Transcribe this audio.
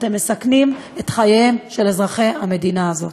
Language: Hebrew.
אתם מסכנים את חייהם של אזרחי המדינה הזאת.